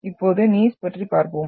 இப்போது நீய்ஸ் பற்றி பார்ப்போம்